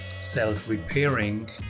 self-repairing